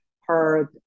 heard